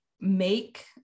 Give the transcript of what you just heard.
make